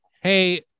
hey